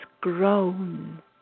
grown